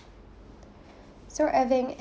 so